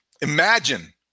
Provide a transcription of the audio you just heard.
Imagine